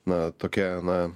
na tokia na